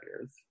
years